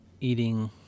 eating